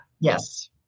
Yes